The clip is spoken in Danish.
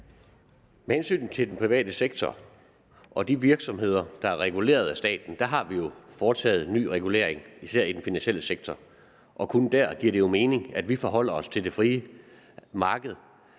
Med hensyn til den private sektor og de virksomheder, der er reguleret af staten, har vi jo foretaget ny regulering især i den finansielle sektor. Og kun der giver det jo mening, at vi forholder os til det frie marked,